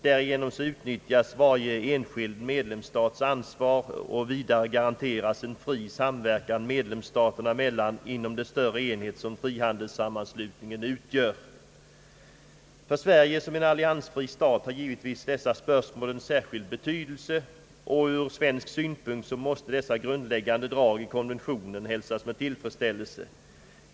Därigenom uttrycktes varje enskild medlemsstats ansvar, och vidare garanteras en fri samverkan medlemsstaterna emellan inom den större enhet som frihandelssammanslutningen utgör. För Sverige, som är en alliansfri stat, har givetvis dessa spörsmål en särskild betydelse, och ur svensk synpunkt måste dessa grundläggande drag i konventionen hälsas med tillfredsställelse.